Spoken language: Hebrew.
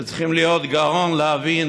שצריך להיות גאון כדי להבין